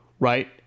Right